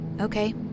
Okay